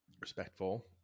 Respectful